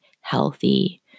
healthy